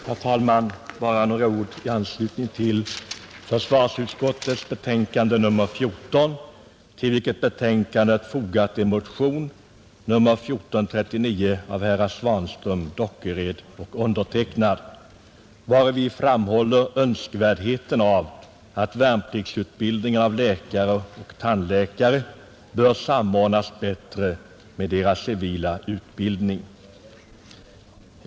Herr talman! Bara några ord i anslutning till försvarsutskottets betänkande nr 14, i vilket behandlas en motion, nr 1439, av herrar Svanström, Dockered och mig själv, vari vi framhåller önskvärdheten av att värnpliktsutbildningen av läkare och tandläkare samordnas bättre med deras civila utbildning.